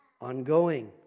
ongoing